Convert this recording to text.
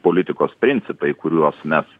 politikos principai kuriuos mes